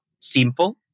simple